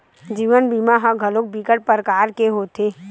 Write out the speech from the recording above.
जीवन बीमा ह घलोक बिकट परकार के होथे